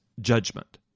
judgment